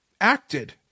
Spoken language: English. acted